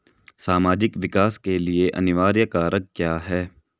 सामाजिक विकास के लिए अनिवार्य कारक क्या है?